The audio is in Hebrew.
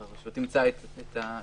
הרשות תמצא את הדרך.